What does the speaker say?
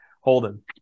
Holden